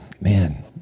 Man